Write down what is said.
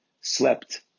slept